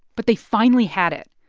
but they finally had it.